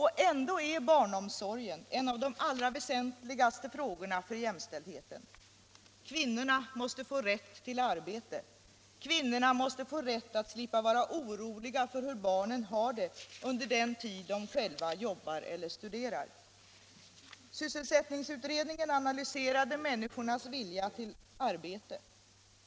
Ändå är barnomsorgen en av de allra väsentligaste frågorna för jämställdheten. Kvinnorna måste få rätt till arbete. Kvinnorna måste få rätt att slippa vara oroliga för hur barnen har det under den tid de själva jobbar eller studerar. Sysselsättningsutredningen analyserade människornas vilja till arbete.